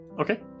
Okay